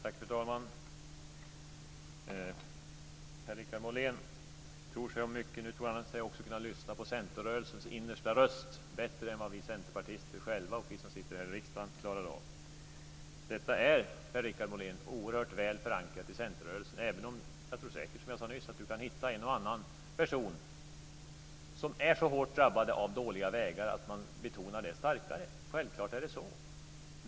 Fru talman! Per-Richard Molén tror sig om mycket. Nu tror han sig också kunna lyssna på centerrörelsens innersta röst bättre än vad vi centerpartister själva och vi som sitter här i riksdagen klarar av. Detta är, Per-Richard Molén, oerhört väl förankrat i centerrörelsen, även om jag säkert tror, som jag sade nyss, att Per-Richard Molén kan hitta en och annan person som är så hårt drabbade av dåliga vägar att de betonar det starkare. Självklart är det så.